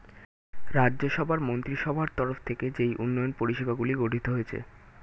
রাজ্য সভার মন্ত্রীসভার তরফ থেকে যেই উন্নয়ন পরিষেবাগুলি গঠিত হয়েছে